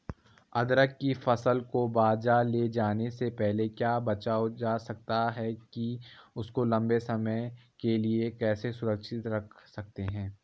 अदरक की फसल को बाज़ार ले जाने से पहले कैसे बचाया जा सकता है और इसको लंबे समय के लिए कैसे सुरक्षित रख सकते हैं?